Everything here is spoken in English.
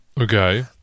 Okay